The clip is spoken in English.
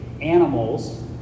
animals